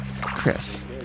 Chris